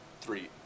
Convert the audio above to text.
three